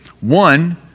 one